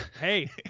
Hey